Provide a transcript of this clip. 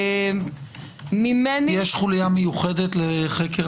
ממני --- יש חוליה מיוחדת לחקר